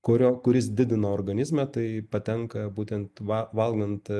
kurio kuris didina organizme tai patenka būtent va valgant